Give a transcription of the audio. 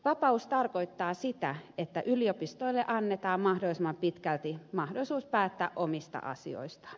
vapaus tarkoittaa sitä että yliopistoille annetaan mahdollisimman pitkälti mahdollisuus päättää omista asioistaan